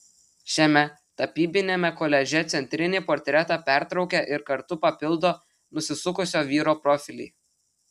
šiame tapybiniame koliaže centrinį portretą pertraukia ir kartu papildo nusisukusio vyro profiliai